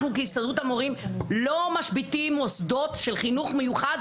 אנחנו כהסתדרות המורים לא משביתים מוסדות של חינוך מיוחד,